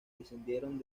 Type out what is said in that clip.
descendieron